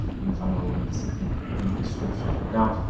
you can find all the links in the description. now,